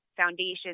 Foundation